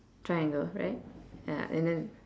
triangle right ya and then